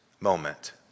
moment